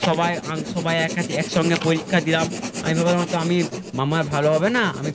সবাই সবাই এক কাছে এক সঙ্গে পরীক্ষা দিলাম আমি ভাবলাম হয়তো আমি আমার ভালো হবে না আমিফ